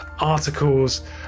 articles